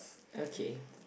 okay